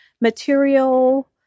material